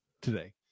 today